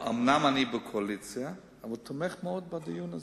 אומנם אני בקואליציה, אבל תומך מאוד בדיון הזה.